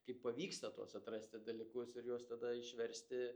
kaip pavyksta tuos atrasti dalykus ir juos tada išversti